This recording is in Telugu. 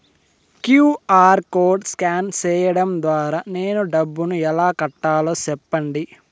క్యు.ఆర్ కోడ్ స్కాన్ సేయడం ద్వారా నేను డబ్బును ఎలా కట్టాలో సెప్పండి?